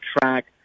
track